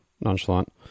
nonchalant